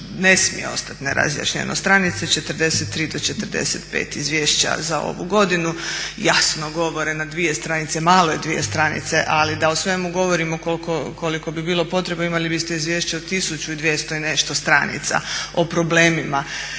ne smije ostati nerazjašnjeno. Stranice 43 do 45 izvješća za ovu godinu jasno govore na dvije stranice, male dvije stranice, ali da o svemu govorimo koliko bi bilo potrebu imali biste izvješće od tisuću dvjesto i nešto stranica o problemima.